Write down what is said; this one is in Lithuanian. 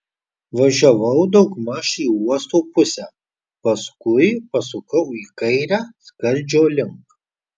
važiavau daugmaž į uosto pusę paskui pasukau į kairę skardžio link